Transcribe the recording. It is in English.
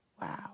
wow